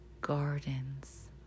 gardens